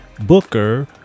Booker